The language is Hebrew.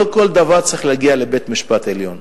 לא כל דבר צריך להגיע לבית-המשפט העליון.